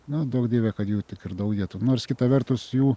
nu duok dieve kad jų tik ir daugėtų nors kita vertus jų